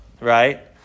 right